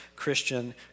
Christian